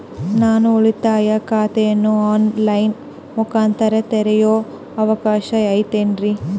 ನಾನು ಉಳಿತಾಯ ಖಾತೆಯನ್ನು ಆನ್ ಲೈನ್ ಮುಖಾಂತರ ತೆರಿಯೋ ಅವಕಾಶ ಐತೇನ್ರಿ?